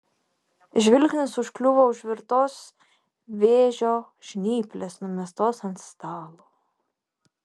žvilgsnis užkliuvo už virtos vėžio žnyplės numestos ant stalo